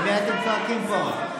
על מי אתם צועקים פה?